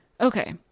Okay